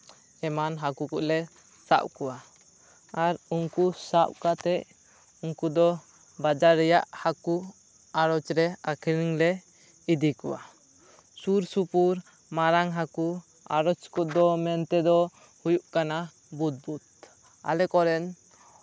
ᱮᱢᱟᱱ ᱦᱟᱹᱠᱩ ᱠᱚᱞᱮ ᱥᱟᱵ ᱠᱚᱣᱟ ᱟᱨ ᱩᱱᱠᱩ ᱥᱟᱵ ᱠᱟᱛᱮᱫ ᱩᱱᱠᱩ ᱫᱚ ᱵᱟᱡᱟᱨ ᱨᱮᱭᱟᱜ ᱦᱟᱹᱠᱩ ᱟᱲᱚᱡᱽ ᱨᱮ ᱟᱹᱠᱷᱨᱤᱧ ᱞᱮ ᱤᱫᱤ ᱠᱚᱣᱟ ᱥᱩᱨ ᱥᱩᱯᱩᱨ ᱢᱟᱨᱟᱝ ᱦᱟᱹᱠᱩ ᱟᱨᱚᱡᱽ ᱠᱚᱫᱚ ᱢᱮᱱ ᱛᱮᱫᱚ ᱦᱩᱭᱩᱜ ᱠᱟᱱᱟ ᱵᱩᱫᱽᱵᱩᱫᱽ ᱟᱞᱮ ᱠᱚᱨᱮᱱ